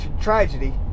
tragedy